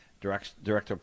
director